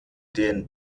den